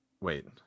wait